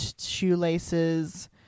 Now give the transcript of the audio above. Shoelaces